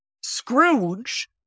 Scrooge